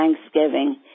Thanksgiving